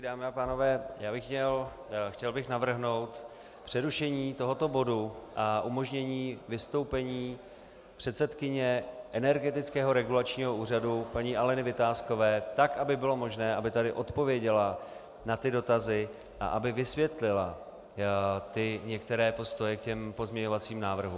Dámy a pánové, chtěl bych navrhnout přerušení tohoto bodu a umožnění vystoupení předsedkyně Energetického regulačního úřadu paní Aleny Vitáskové, tak aby bylo možné, aby odpověděla na dotazy a aby vysvětlila některé postoje k pozměňovacím návrhům.